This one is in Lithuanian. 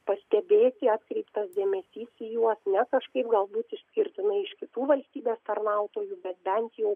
pastebėti atkreiptas dėmesys į juos ne kažkaip galbūt išskirtinai iš kitų valstybės tarnautojų bet bent jau